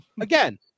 again